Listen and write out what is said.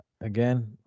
Again